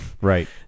right